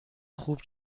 خوب